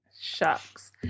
Shucks